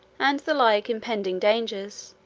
and the like impending dangers,